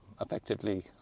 effectively